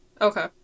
Okay